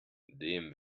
dem